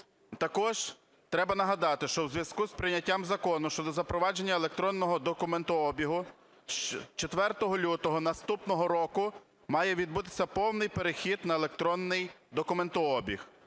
Також треба нагадати, що в зв'язку з прийняттям Закону щодо запровадження електронного документообігу 4 лютого наступного року має відбутися повний перехід на електронний документообіг.